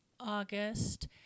August